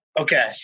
Okay